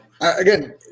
Again